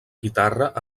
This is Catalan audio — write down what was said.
guitarra